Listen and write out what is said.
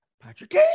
Patrick